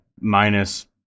minus